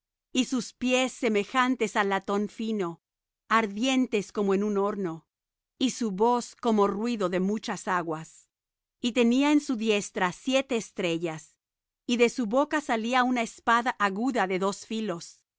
y sus pies semejantes al latón fino ardientes como en un horno y su voz como ruido de muchas aguas y tenía en su diestra siete estrellas y de su boca salía una espada aguda de dos filos